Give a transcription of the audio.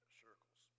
circles